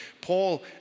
Paul